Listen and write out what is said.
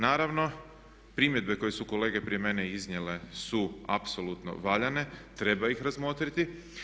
Naravno primjedbe koje su kolege prije mene iznijele su apsolutno valjane, treba ih razmotriti.